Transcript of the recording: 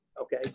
okay